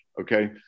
Okay